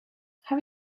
have